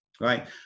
right